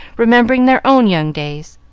remembering their own young days.